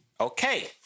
Okay